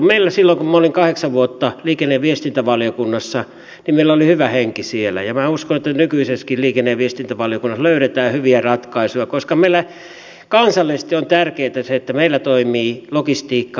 meillä silloin kun minä olin kahdeksan vuotta liikenne ja viestintävaliokunnassa oli hyvä henki siellä ja minä uskon että nykyisessäkin liikenne ja viestintävaliokunnassa löydetään hyviä ratkaisuja koska meillä kansallisesti on tärkeätä se että meillä toimii logistiikka henkilöliikenne ja tavaraliikenne